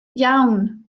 iawn